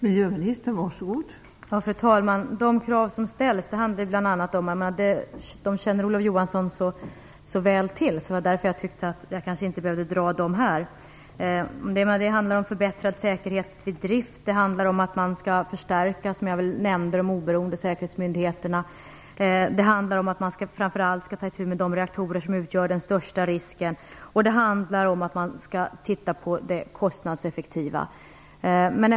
Fru talman! De krav som ställs känner Olof Johansson så väl till att jag tyckte att jag inte behövde föredra dem här. De handlar om förbättrad säkerhet vid drift, om att de oberoende säkerhetsmyndigheterna skall förstärkas, som jag nämnde, och framför allt om att man skall ta itu med de reaktorer som utgör de största riskerna. Man skall också studera kostnadseffektiviteten.